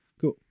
cool